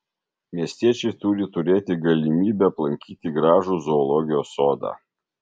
miestiečiai turi turėti galimybę aplankyti gražų zoologijos sodą